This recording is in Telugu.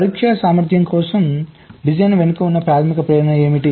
పరీక్షా సామర్థ్యం కోసం డిజైన్ వెనుక ఉన్న ప్రాథమిక ప్రేరణ ఏమిటి